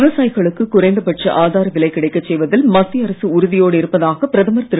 விவசாயிகளுக்கு குறைந்தபட்ச ஆதார விலை கிடைக்கச் செய்வதில் மத்திய அரசு உறுதியோடு இருப்பதாக பிரதமர் திரு